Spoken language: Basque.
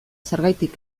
zergatik